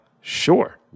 Sure